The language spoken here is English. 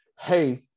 hey